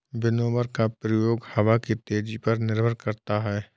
winnower का प्रयोग हवा की तेजी पर निर्भर करता है